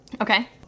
Okay